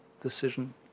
decision